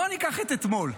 בואו ניקח את אתמול,